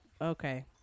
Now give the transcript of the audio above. Okay